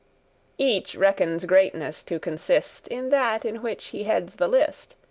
each reckons greatness to consist in that in which he heads the list,